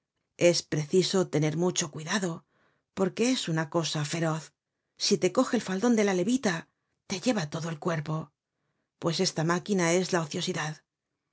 es preciso tener mucho cuidado porque es una cosa feroz si te coge el faldon de la levita te lleva todo el cuerpo pues esta máquina es la ociosidad